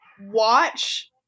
watch